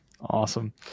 Awesome